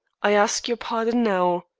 i ask your pardon now.